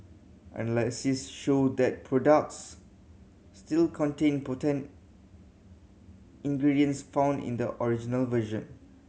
analysis showed that products still contained potent ingredients found in the original version